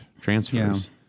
transfers